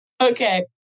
Okay